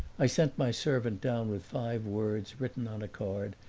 i sent my servant down with five words written on a card,